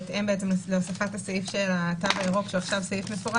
בהתאם להוספת הסעיף של התו הירוק שהוא עכשיו מפורש,